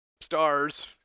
stars